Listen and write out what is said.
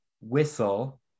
Whistle